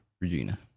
Regina